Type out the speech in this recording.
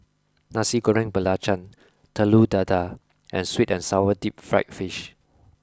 nasi goreng belacan telur dadah and sweet and sour deep fried fish